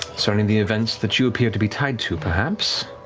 concerning the events that you appear to be tied to, perhaps,